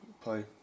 play